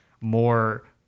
more